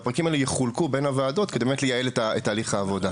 והפרקים האלה יחולקו בין הוועדות כדי לייעל את תהליך הוועדה.